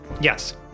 Yes